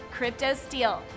CryptoSteel